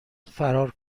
فرار